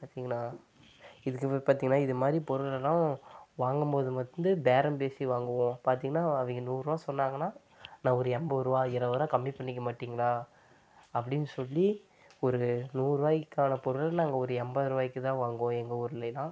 பார்த்திங்கனா இதுக்கப்புறம் பார்த்திங்கனா இந்த மாதிரி பொருளெல்லாம் வாங்கும் போது வந்து பேரம் பேசி வாங்குவோம் பார்த்திங்கனா அவங்க நூறுபா சொன்னாங்கன்னா நான் ஒரு எண்பதுருபா இருவதுருபா கம்மி பண்ணிக்க மாட்டிங்களா அப்படினு சொல்லி ஒரு நூறுபாய்க்கான பொருள் நாங்கள் ஒரு எண்பதுருபாய்க்கு தான் வாங்குவோம் எங்கள் ஊர்லலாம்